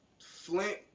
Flint